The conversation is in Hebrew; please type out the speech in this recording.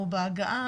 או בהגעה,